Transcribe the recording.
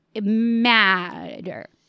matter